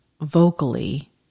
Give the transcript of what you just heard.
vocally